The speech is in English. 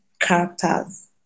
characters